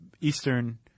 eastern